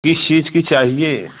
किस चीज़ की चाहिए